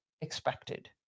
expected